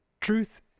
truth